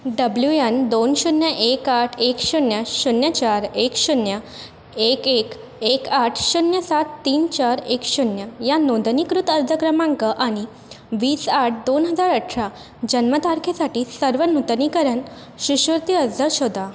W N दोन शून्य एक आठ एक शून्य शून्य चार एक शून्य एक एक एक आठ शून्य सात तीन चार एक शून्य या नोंदणीकृत अर्ज क्रमांक आणि वीस आठ दोन हजार अठरा जन्मतारखेसाठी सर्व नूतनीकरण शिष्यवृत्ती अर्ज शोधा